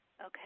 Okay